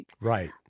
Right